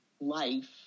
life